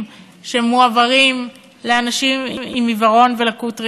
שמועברים לאנשים עם עיוורון ולקות ראייה.